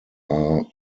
are